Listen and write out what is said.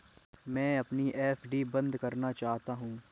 मैं अपनी एफ.डी बंद करना चाहता हूँ